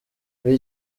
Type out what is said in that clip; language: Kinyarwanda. muri